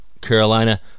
Carolina